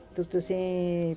ਤੁ ਤੁਸੀਂ